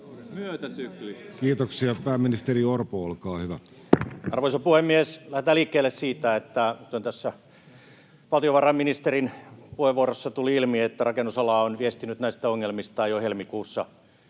Östman kd) Time: 16:23 Content: Arvoisa puhemies! Lähdetään liikkeelle siitä, että kuten tässä valtiovarainministerin puheenvuorossa tuli ilmi, rakennusala on viestinyt näistä ongelmistaan jo helmikuussa.